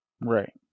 Right